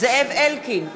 זאב אלקין,